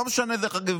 לא משנה אם החוק,